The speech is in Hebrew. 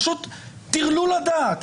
פשוט טירלול הדעת.